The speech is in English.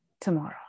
Tomorrow